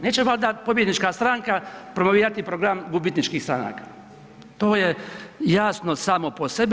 Neće valjda pobjednička stranka promovirati program gubitničkih stranaka, to je jasno samo po sebi.